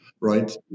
right